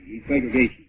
segregation